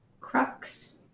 Crux